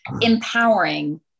empowering